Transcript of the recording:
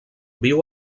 viu